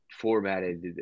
formatted –